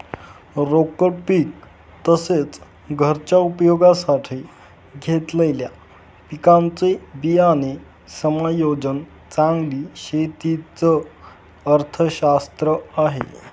रोकड पीक तसेच, घरच्या उपयोगासाठी घेतलेल्या पिकांचे बियाणे समायोजन चांगली शेती च अर्थशास्त्र आहे